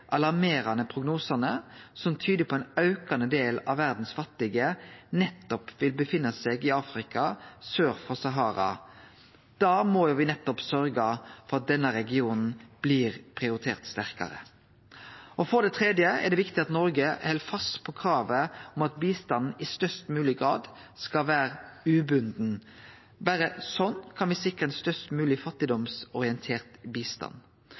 alarmerande prognosane som tyder på at ein aukande del av verdas fattige vil vere nettopp i Afrika sør for Sahara, må me sørgje for at nettopp denne regionen blir prioritert sterkare. For det tredje er det viktig at Noreg held fast på kravet om at bistanden i størst mogleg grad skal vere ubunden. Berre slik kan me sikre ein mest mogleg fattigdomsorientert bistand.